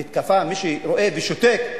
מי שרואה ושותק,